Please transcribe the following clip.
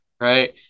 right